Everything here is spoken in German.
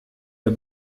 der